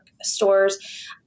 stores